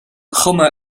chuma